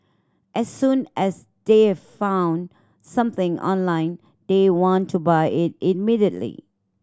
as soon as they've found something online they want to buy it immediately